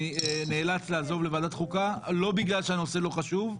אני נאלץ לעזוב לוועדת חוקה לא בגלל שהנושא לא חשוב.